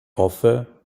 hoffe